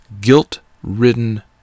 guilt-ridden